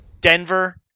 Denver